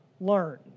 learn